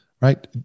right